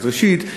אז ראשית,